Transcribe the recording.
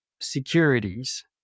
securities